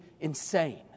insane